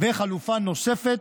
חלופה נוספת,